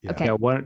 Okay